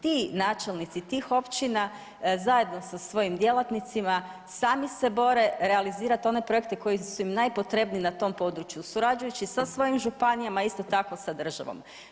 Ti načelnici tih općina zajedno sa svojim djelatnicima sami se bore realizirati one projekte koji su im najpotrebniji na tom području, surađujući sa svojim županijama, a isto tako sa državom.